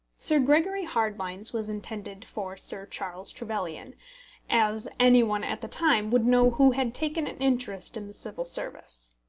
sir gregory hardlines was intended for sir charles trevelyan as any one at the time would know who had taken an interest in the civil service.